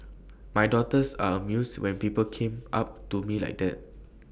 my daughters are amused when people come up to me like that